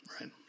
right